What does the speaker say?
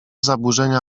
zaburzenia